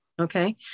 Okay